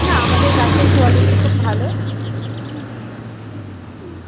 না আমাদের গাছের কোয়ালিটি খুব ভালো হু হুম